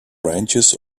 branches